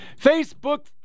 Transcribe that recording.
Facebook